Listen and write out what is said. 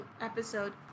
episode